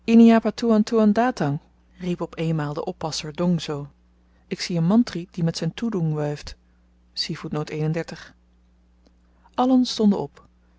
riep op eenmaal de oppasser dongso ik zie een mantrie die met zyn toedoeng wuift allen stonden op